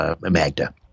Magda